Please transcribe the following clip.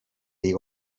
jej